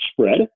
spread